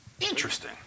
Interesting